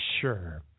Sure